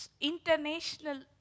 international